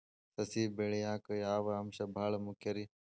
ಸಸಿ ಬೆಳೆಯಾಕ್ ಯಾವ ಅಂಶ ಭಾಳ ಮುಖ್ಯ ರೇ?